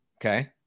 Okay